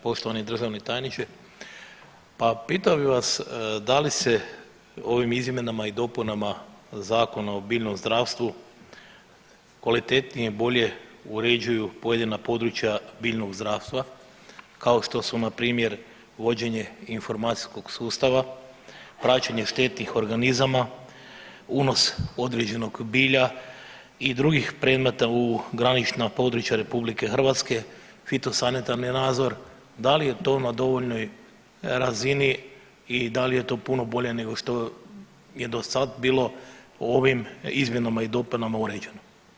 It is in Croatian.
Poštovani državni tajniče, pa pitao bi vas da li se ovim izmjenama i dopunama Zakona o biljnom zdravstvu kvalitetnije i bolje uređuju pojedina područja biljnog zdravstva kao što su npr. uvođenje informacijskog sustava, praćenje štetnih organizama, unos određenog bilja i drugih predmeta u granična područja RH, fitosanitarni nadzor, da li je to na dovoljnoj razini i da li je to puno bolje nego što je dosad bilo ovim izmjenama i dopunama uređeno?